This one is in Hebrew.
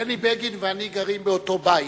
בני בגין ואני גרים באותו בית,